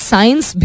Science